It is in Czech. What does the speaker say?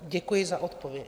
Děkuji za odpověď.